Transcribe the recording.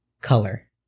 Color